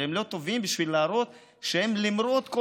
אבל הם לא טובים בשביל להראות שלמרות כל